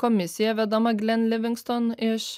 komisija vedama glen livingston iš